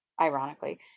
ironically